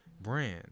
brand